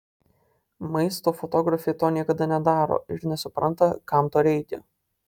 maisto fotografė to niekada nedaro ir nesupranta kam to reikia